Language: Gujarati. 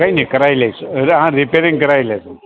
કંઈ નહીં કરાવી લઈશું એટલે હાં રીપેરીંગ કરાવી લેજો